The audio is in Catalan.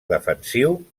defensiu